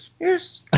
Yes